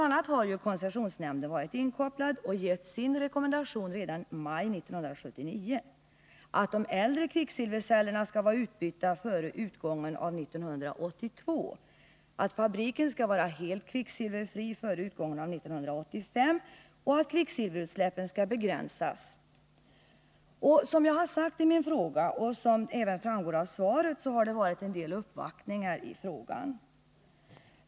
a. har ju koncessionsnämnden varit inkopplad och gett sin rekommendation redan i maj 1979: att de äldre kvicksilvercellerna skall vara utbytta före utgången av år 1982, att fabriken skall vara helt kvicksilverfri före utgången av 1985 och att kvicksilverutsläppen skall begränsas. Som jag sagt i min fråga och som framgår även av svaret har det varit en del uppvaktningar i ärendet.